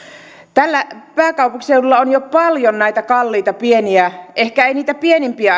täällä pääkaupunkiseudulla on jo paljon näitä kalliita pieniä ehkä ei niitä pienimpiä